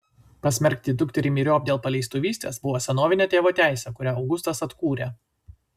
pasmerkti dukterį myriop dėl paleistuvystės buvo senovinė tėvo teisė kurią augustas atkūrė